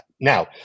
Now